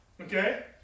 Okay